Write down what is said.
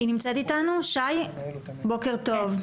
שי, בוקר טוב.